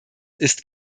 ist